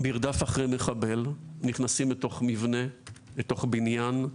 מרדף אחרי מחבל, נכנסים לתוך מבנה, לתוך בניין,